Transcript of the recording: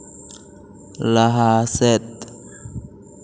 ᱞᱟᱦᱟ ᱥᱮᱫ